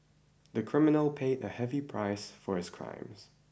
the criminal paid a heavy price for his crimes